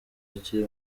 akiri